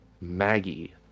Maggie